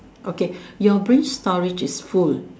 okay your brain storage is full